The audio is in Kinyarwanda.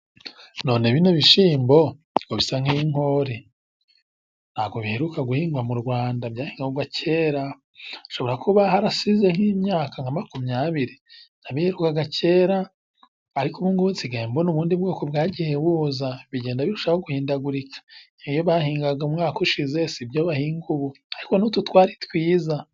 None bino bishimbo bisa nk'inkore? Ntago biheruka guhingwa mu Rwanda byahingwaga kera, hashobora kuba harasize himyaka nka makumyabiri. Nabiherukaga kera ariko ubu ngubu nsigaye mbona ubundi bwoko bwagiye buza bigenda birushaho guhindagurika bahingaga umwaka ushize sibyo bahinga ubu ariko nutu twari twiza.